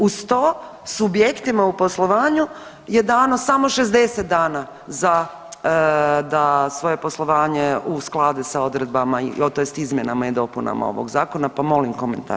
Uz to subjektima u poslovanju je dano samo 60 dana za da svoje poslovanje usklade sa odredbama tj. izmjenama i dopunama ovog zakona, pa molim komentar.